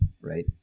Right